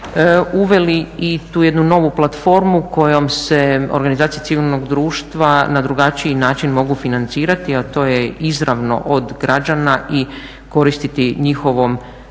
Uveli i tu jednu novu platformu kojom se organizacije civilnog društva na drugačiji način mogu financirati, a to je izravno od građana i koristiti njihovom